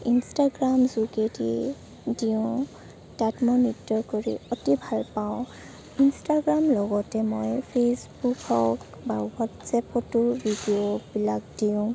Instagram যোগেদি দিওঁ তাত মই নৃত্য কৰি অতি ভাল পাওঁ ইনষ্টাগ্ৰাম লগতে মই ফেচবুক হওক বা হোৱাটছআপতো ভিডিঅ'বিলাক দিওঁ